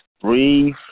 breathe